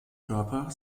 körper